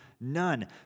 none